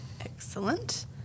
Excellent